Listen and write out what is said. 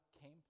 came